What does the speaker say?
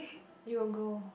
it will grow